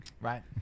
Right